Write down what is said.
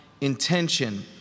Intention